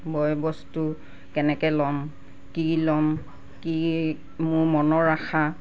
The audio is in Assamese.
বয় বস্তু কেনেকৈ ল'ম কি ল'ম কি মোৰ মনৰ আশা